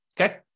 Okay